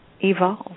evolve